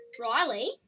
Riley